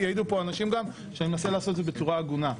יעידו פה אנשים גם שאני מנסה לעשות את זה בצורה הגונה.